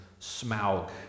Smaug